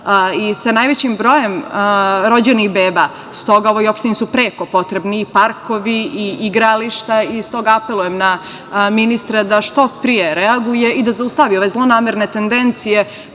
i sa najvećim brojem rođenih beba. Stoga ovoj opštini su preko potrebni i parkovi i igrališta i stoga apelujem na ministra da što pre reaguje i da zaustavi ove zlonamerne tendencije